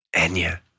Anya